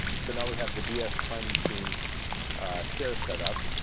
so now we have the ds time machine share setup.